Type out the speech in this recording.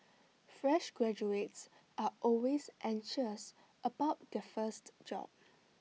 fresh graduates are always anxious about their first job